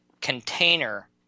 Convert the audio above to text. container